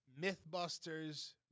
Mythbusters